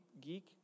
geek